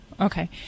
okay